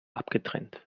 abgetrennt